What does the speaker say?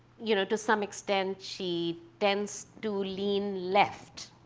you know, to some extent she tends to lean left.